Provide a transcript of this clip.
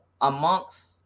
amongst